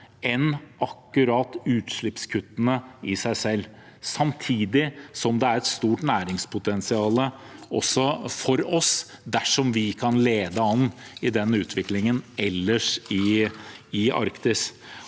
enn akkurat utslippskuttene i seg selv. Samtidig er det også et stort næringspotensial for oss dersom vi kan lede an i denne utviklingen ellers i Arktis.